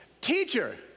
Teacher